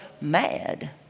mad